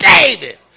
David